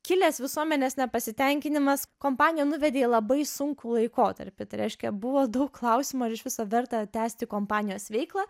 kilęs visuomenės nepasitenkinimas kompaniją nuvedė į labai sunkų laikotarpį tai reiškia buvo daug klausimų ar iš viso verta tęsti kompanijos veiklą